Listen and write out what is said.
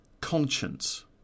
conscience